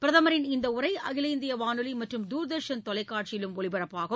பிரதமரின் இந்த உரை அகில இந்திய வானொலி மற்றும் தூர்தர்ஷன் தொலைகாட்சியிலும் ஒலிபரப்பாகும்